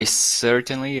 certainly